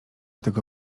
tego